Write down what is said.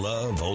Love